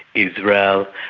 israel,